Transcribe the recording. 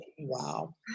wow